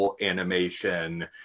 Animation